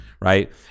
right